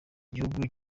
igihugu